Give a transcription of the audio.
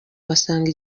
basanga